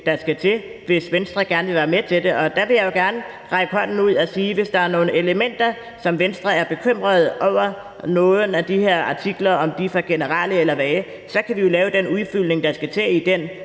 der skal til, hvis Venstre gerne vil være med til det. Og der vil jeg jo gerne række hånden frem og sige, at hvis der er nogle elementer, som Venstre er bekymret over – om nogle af de her artikler er for generelle eller vage – kan vi lave den udfyldning, der skal til, i den